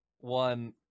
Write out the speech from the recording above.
one